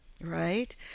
right